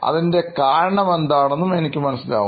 അതിൻറെ കാരണം എന്താണെന്ന് എനിക്ക് മനസ്സിലാകും